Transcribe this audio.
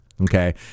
Okay